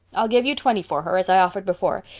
i'll give you twenty for her as i offered before,